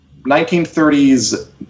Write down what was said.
1930s